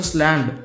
land